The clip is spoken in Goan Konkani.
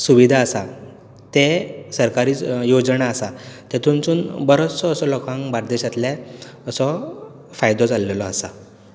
सुविदा आसा ते सरकारी ज योजणा आसा तेतुनसून बरोसो असो लोकांक बार्देसांतल्या असो फायदो जाल्लो आसा